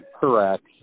Correct